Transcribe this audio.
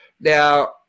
Now